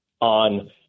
on